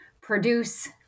produce